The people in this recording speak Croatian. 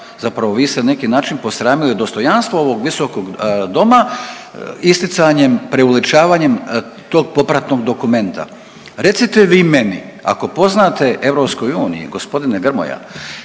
zapravo vi ste na neki način posramili dostojanstvo ovog Visokog doma isticanjem, preuveličavanjem tog popratnog dokumenta. Recite vi meni ako poznate EU, g. Grmoja